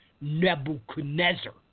Nebuchadnezzar